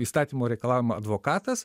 įstatymo reikalaujama advokatas